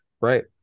right